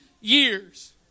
years